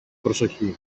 προσοχή